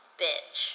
bitch